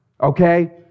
Okay